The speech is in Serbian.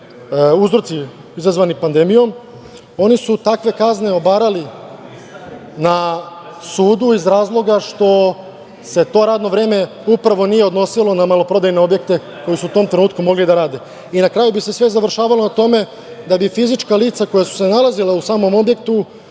uzroci izazvani pandemijom, oni su takve kazne obarali na sudu iz razloga što se to radno vreme upravo nije odnosilo na maloprodajne objekte koji su u tom trenutku mogli da rade. Na kraju bi se sve završavalo na tome da bi fizička lica koja su se nalazila u samom objektu